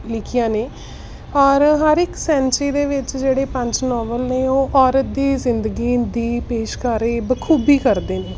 ਲਿਖੀਆਂ ਨੇ ਔਰ ਹਰ ਇੱਕ ਸੈਂਚੀ ਦੇ ਵਿੱਚ ਜਿਹੜੇ ਪੰਜ ਨੌਵਲ ਨੇ ਉਹ ਔਰਤ ਦੀ ਜ਼ਿੰਦਗੀ ਦੀ ਪੇਸ਼ਕਾਰੀ ਬਖੂਬੀ ਕਰਦੇ ਨੇ